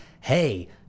Hey